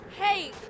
Hey